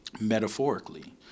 Metaphorically